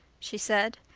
she said.